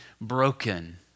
broken